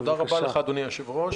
תודה רבה לך, אדוני היושב-ראש,